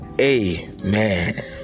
Amen